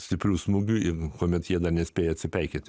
stiprių smūgių ir kuomet jie dar nespėję atsipeikėti